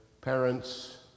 parents